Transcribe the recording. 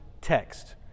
text